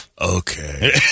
okay